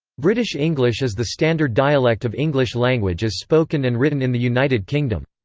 british english is the standard dialect of english language as spoken and written in the united kingdom.